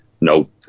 no